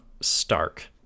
stark